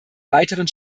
weiteren